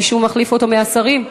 מישהו מחליף אותו מהשרים?